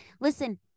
listen